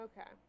Okay